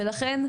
לכן,